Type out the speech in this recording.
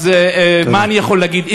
אז מה אני יכול להגיד,